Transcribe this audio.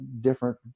different